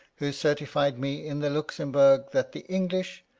who certified me in the luxembourg, that the english,